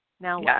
Now